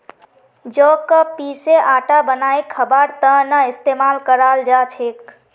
जौ क पीसे आटा बनई खबार त न इस्तमाल कराल जा छेक